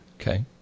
Okay